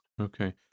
Okay